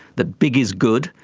that big is good,